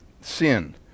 sin